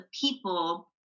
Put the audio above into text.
people